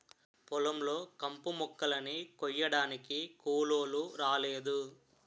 పొలం లో కంపుమొక్కలని కొయ్యడానికి కూలోలు రాలేదు